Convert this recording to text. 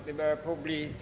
Herr talman!